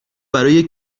برای